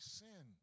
sin